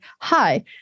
hi